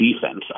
defense